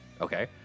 Okay